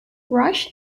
rush